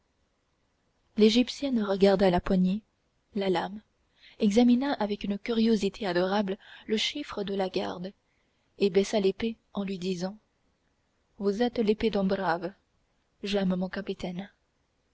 l'égyptienne regarda la poignée la lame examina avec une curiosité adorable le chiffre de la garde et baisa l'épée en lui disant vous êtes l'épée d'un brave j'aime mon capitaine